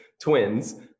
twins